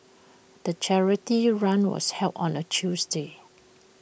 the charity run was held on A Tuesday